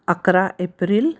अकरा एप्रिल